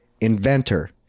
inventor